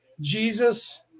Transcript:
Jesus